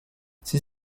ses